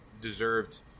deserved